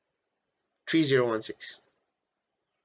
three zero one six